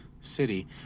city